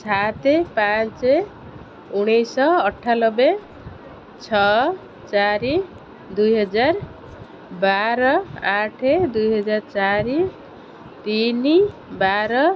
ସାତ ପାଞ୍ଚ ଉଣେଇଶିଶହ ଅଠାନବେ ଛଅ ଚାରି ଦୁଇହଜାର ବାର ଆଠ ଦୁଇହଜାର ଚାରି ତିନି ବାର